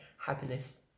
happiness